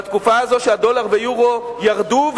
בתקופה הזאת שהדולר והיורו ירדו,